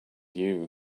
you